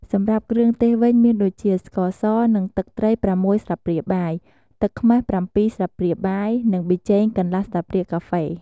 សម្រាប់គ្រឿងទេសវិញ មានដូចជា ស្ករស និង ទឹកត្រី៦ស្លាបព្រាបាយ ទឹកខ្មេះ៧ស្លាបព្រាបាយ និងប៊ីចេងកន្លះស្លាបព្រាកាហ្វេ។